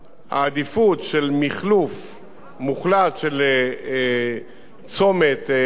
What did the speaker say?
מוחלט של צומת להבים, נדחה לשלב השני.